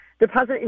deposit